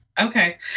Okay